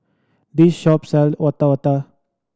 this shop sells Otak Otak